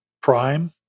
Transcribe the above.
Prime